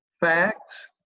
Facts